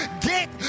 get